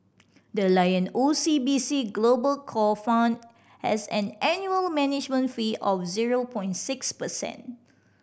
the Lion O C B C Global Core Fund has an annual management fee of zero point six percent